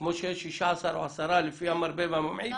כמו שיש 16 או עשרה, לפי המרבה והממעיט, אני